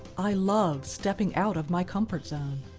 i love stepping out of my comfort zone.